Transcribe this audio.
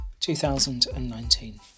2019